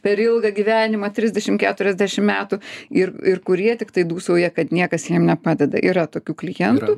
per ilgą gyvenimą trisdešim keturiasdešim metų ir ir kurie tiktai dūsauja kad niekas jiem nepadeda yra tokių klientų